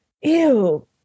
Ew